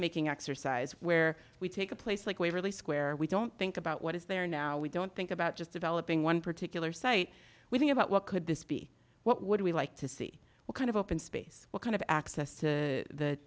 making exercise where we take a place like waverly square we don't think about what is there now we don't think about just developing one particular site we think about what could this be what would we like to see what kind of open space what kind of access to